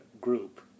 group